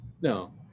No